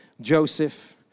Joseph